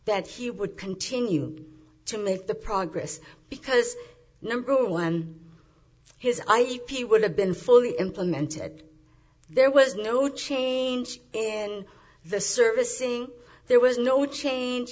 that he would continue to move the progress because number one his eye e p would have been fully implemented there was no change in the servicing there was no change